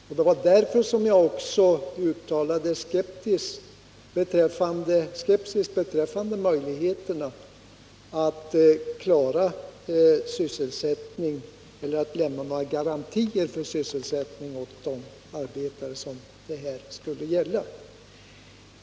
Det är också därför som jag uttalat skepsis beträffande möjligheterna att lämna garantier för sysselsättning åt de arbetare det här gäller.